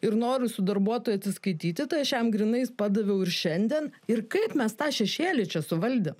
ir noriu su darbuotoju atsiskaityti tai aš jam grynais padaviau ir šiandien ir kaip mes tą šešėlį čia suvaldėm